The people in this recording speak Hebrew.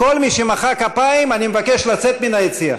כל מי שמחא כפיים, אני מבקש לצאת מן היציע.